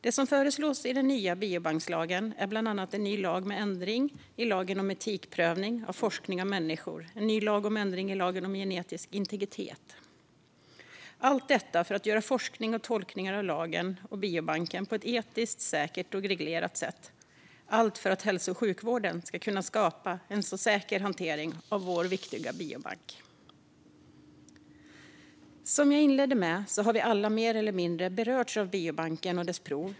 Det som föreslås i den nya biobankslagen är bland annat en ny lag med ändring i lagen om etikprövning av forskning som avser människor och en ny lag om ändring i lagen om genetisk integritet. Allt detta görs för att göra forskning och tolkningar av lagen och biobanken på ett etiskt, säkert och reglerat sätt och för att hälso och sjukvården ska kunna skapa en säker hantering av vår viktiga biobank. Som jag inledde med att säga har vi alla mer eller mindre berörts av biobanker och deras prover.